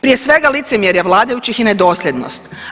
Prije svega licemjerje vladajućih i nedosljednost.